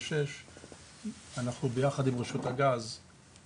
היינו בעולם של 6$ והיום אנחנו במחירים הרבה יותר